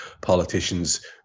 politicians